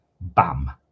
bam